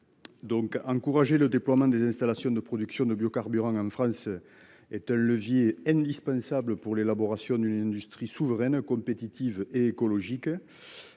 Donc encourager le déploiement des installations de production de biocarburants en France. Est un levier indispensable pour l'élaboration d'une industrie souveraine compétitive écologique.